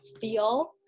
feel